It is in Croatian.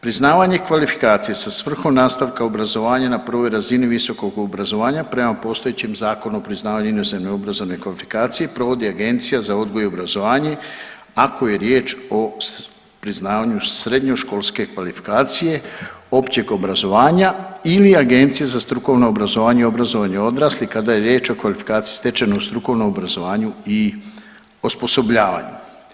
Priznavanje kvalifikacije sa svrhom nastavka obrazovanja na prvoj razini visokog obrazovanja prema postojećem Zakonu o priznavanju inozemne obrazovne kvalifikacije provodi Agencija za odgoj i obrazovanje ako je riječ o priznavanju srednjoškolske kvalifikacije općeg obrazovanja ili Agencija za strukovno obrazovanje i obrazovanje odraslih kada je riječ o kvalifikaciji stečenoj u strukovnom obrazovanju i osposobljavanju.